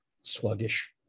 sluggish